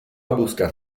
buscar